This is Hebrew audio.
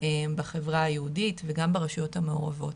בחברה היהודית וגם ברשויות המעורבות.